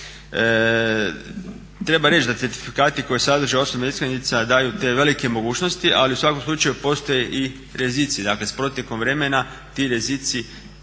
Treba reći da certifikati koji sadrži osobna iskaznica daju te velike mogućnosti, ali u svakom slučaju postoji i rizici, dakle s protekom vremena ti rizici